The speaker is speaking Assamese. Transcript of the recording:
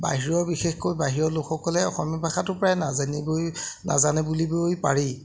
বাহিৰৰ বিশেষকৈ বাহিৰৰ লোকসকলে অসমীয়া ভাষাটো প্ৰায় নাজানিবই নাজানে বুলিবই পাৰি